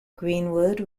greenwood